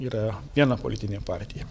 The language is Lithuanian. yra viena politinė partija